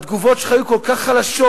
התגובות שלך היו כל כך חלשות,